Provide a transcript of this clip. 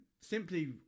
simply